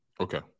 Okay